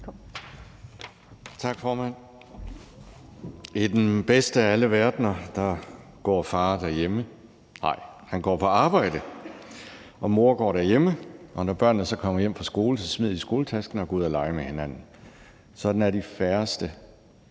Tak, formand. I den bedste af alle verdener går far derhjemme, nej, han går på arbejde, og mor går derhjemme, og når børnene så kommer hjem fra skole, smider de skoletasken og går ud og leger med hinanden. Sådan er det de færreste